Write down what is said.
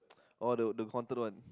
orh the the cotton one